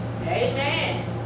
Amen